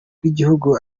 rw’igihugu